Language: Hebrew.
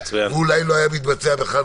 ואולי לא היה מתבצע בכלל,